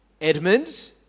Edmund